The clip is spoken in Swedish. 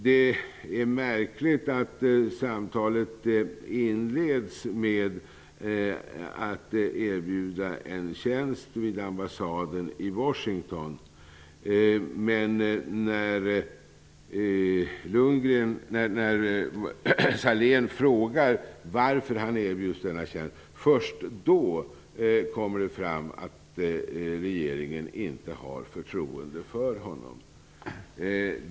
Det är märkligt att samtalet inleddes med att Sahlén erbjöds en tjänst vid ambassaden i Washington. Först när Sahlén frågade varför han erbjöds denna tjänst kom det fram att regeringen inte hade förtroende för honom.